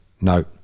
No